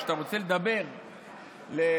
כשאתה רוצה לדבר לקצינים,